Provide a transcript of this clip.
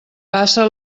passa